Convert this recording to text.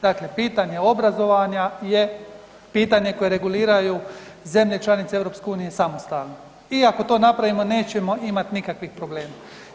Dakle, pitanje obrazovanja je pitanje koje reguliraju zemlje članice EU samostalno i ako to napravimo nećemo imati nikakvih problema.